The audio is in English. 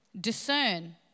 discern